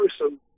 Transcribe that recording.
person